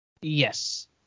Yes